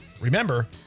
Remember